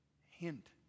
hint